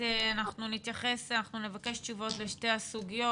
אנחנו נבקש תשובות לשתי הסוגיות,